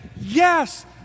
Yes